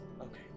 Okay